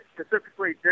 specifically